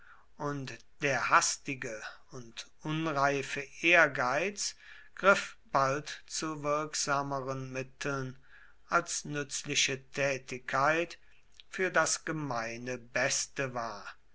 und der hastige und unreife ehrgeiz griff bald zu wirksameren mitteln als nützliche tätigkeit für das gemeine beste war